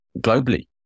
globally